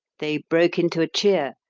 they broke into a cheer,